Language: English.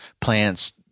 plants